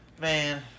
Man